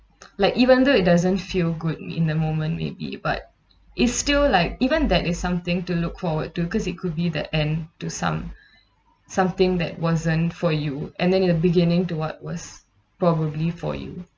like even though it doesn't feel good in the moment maybe but it's still like even that is something to look forward to cause it could be the end to some~ something that wasn't for you and then in the beginning to what was probably for you